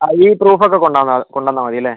ആ ഈ പ്രൂഫ് ഒക്കെ കൊണ്ടുവന്നാൽ കൊണ്ടുവന്നാൽ മതി അല്ലേ